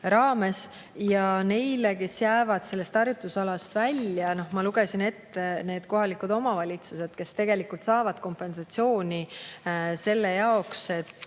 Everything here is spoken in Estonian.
need, kes jäävad sellest harjutusalast välja – ma lugesin ette need kohalikud omavalitsused –, saavad tegelikult kompensatsiooni selle jaoks, et